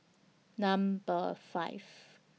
Number five